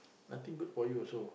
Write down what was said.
nothing good for you also